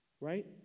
Right